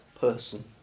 person